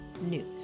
news